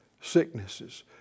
sicknesses